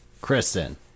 Kristen